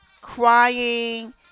crying